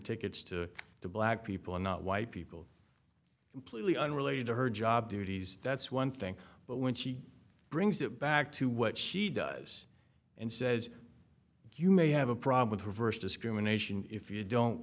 tickets to the black people not white people completely unrelated to her job duties that's one thing but when she brings it back to what she does and says you may have a problem with reverse discrimination if you don't